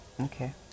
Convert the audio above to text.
okay